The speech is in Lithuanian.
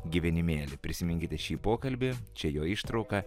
gyvenimėlį prisiminkite šį pokalbį čia jo ištrauka